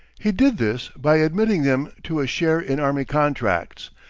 he did this by admitting them to a share in army contracts,